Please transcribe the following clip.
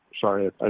Sorry